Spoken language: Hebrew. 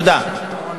תודה.